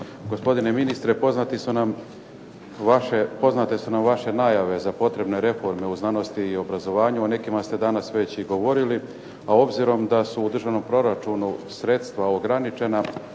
Gospodine ministre poznate su nam vaše najave za potrebne reforme u znanosti i obrazovanju, o nekima ste danas već govorili, a obzirom da su u državnom proračunu sredstva ograničena,